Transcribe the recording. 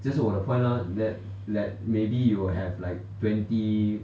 这是我的 point lor that that maybe you will have like twenty